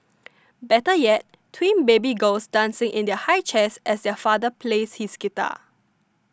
better yet twin baby girls dancing in their high chairs as their father plays his guitar